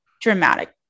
dramatic